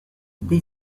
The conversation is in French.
des